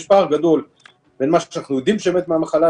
יש פער גדול בין מה שאנחנו יודעים שמת מהמחלה,